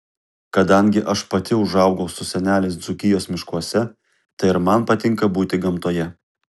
kadangi aš pati užaugau su seneliais dzūkijos miškuose tai ir man patinka būti gamtoje